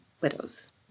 widows